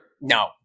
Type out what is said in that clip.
No